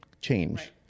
change